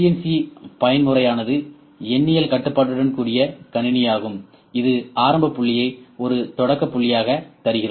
C பயன்முறையானது எண்ணியல் கட்டுப்பாட்டுடன் கூடிய கணினி ஆகும் இதன் ஆரம்ப புள்ளியை ஒரு தொடக்க புள்ளியாக தருகிறோம்